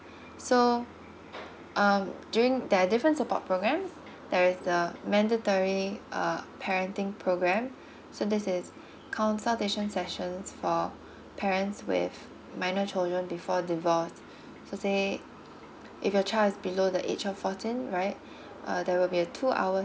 so um during there are different support program there is the mandatory uh parenting program so this is consultation sessions for parents with minor children before divorced so say if your child is below the age of fourteen right uh there will be a two hours